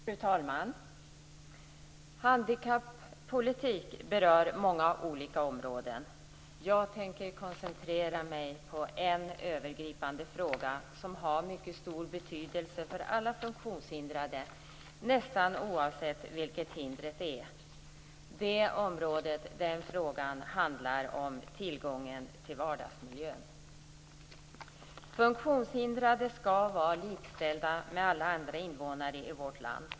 Fru talman! Handikappolitik berör många olika områden. Jag tänker koncentrera mig på en övergripande fråga som har mycket stor betydelse för alla funktionshindrade nästan oavsett vilket hindret är. Det området, den frågan, handlar om tillgången till vardagsmiljön. Funktionshindrade skall vara likställda med alla andra invånare i vårt land.